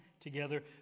together